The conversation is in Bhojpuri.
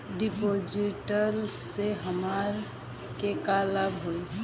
डिपाजिटसे हमरा के का लाभ होई?